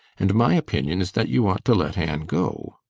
and my opinion is that you ought to let anne go.